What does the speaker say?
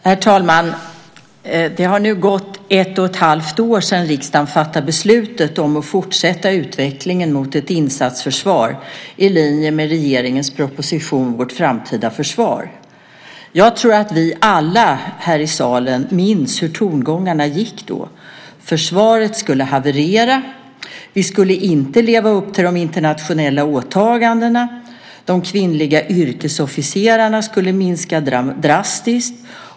Herr talman! Det har nu gått ett och ett halvt år sedan riksdagen fattade beslutet om att fortsätta utvecklingen mot ett insatsförsvar i linje med regeringens proposition Vårt framtida försvar . Jag tror att vi alla här i salen minns hur tongångarna gick då. Försvaret skulle haverera. Vi skulle inte leva upp till de internationella åtagandena. De kvinnliga yrkesofficerarna skulle minska drastiskt.